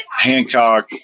Hancock